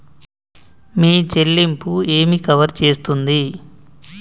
మీ చెల్లింపు ఏమి కవర్ చేస్తుంది?